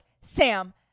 Sam